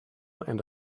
and